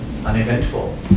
Uneventful